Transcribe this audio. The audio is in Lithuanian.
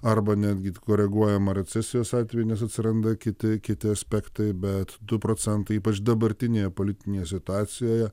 arba netgi koreguojama recesijos atveju nes atsiranda kiti kiti aspektai bet du procentai ypač dabartinėje politinėje situacijoje